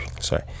Sorry